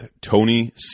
Tony